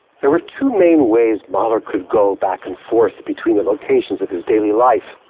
there were two main ways mahler could go back and forth between the locations of his daily life.